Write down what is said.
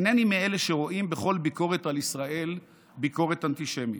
אינני מאלה שרואים בכל ביקורת על ישראל ביקורת אנטישמית.